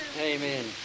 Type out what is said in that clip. Amen